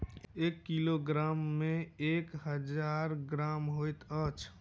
एक किलोग्राम मे एक हजार ग्राम होइत अछि